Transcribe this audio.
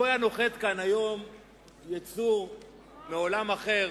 לו היה נוחת כאן היום יצור מעולם אחר